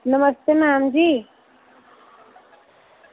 नमस्ते ma'am जी